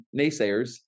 naysayers